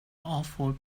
awful